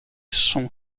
son